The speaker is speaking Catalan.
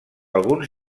alguns